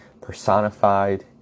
personified